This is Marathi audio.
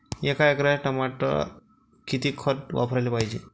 एका एकराच्या टमाटरात किती खत वापराले पायजे?